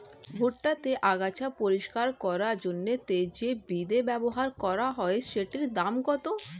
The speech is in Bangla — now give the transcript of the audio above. ভুট্টা তে আগাছা পরিষ্কার করার জন্য তে যে বিদে ব্যবহার করা হয় সেটির দাম কত?